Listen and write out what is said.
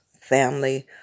family